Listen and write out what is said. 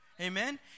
Amen